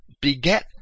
beget